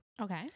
okay